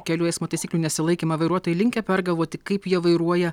kelių eismo taisyklių nesilaikymą vairuotojai linkę pergalvoti kaip jie vairuoja